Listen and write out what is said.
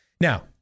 Now